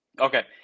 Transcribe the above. Okay